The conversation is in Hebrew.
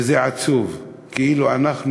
וזה עצוב, כאילו אנחנו